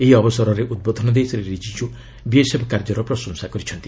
ଏହି ଅବସରରେ ଉଦ୍ବୋଧନ ଦେଇ ଶ୍ରୀ ରିଜିଜ୍ଜୁ ବିଏସ୍ଏଫ୍ କାର୍ଯ୍ୟର ପ୍ରଶଂସା କରିଛନ୍ତି